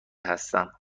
هستم